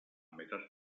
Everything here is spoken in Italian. metà